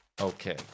Okay